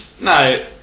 no